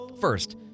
First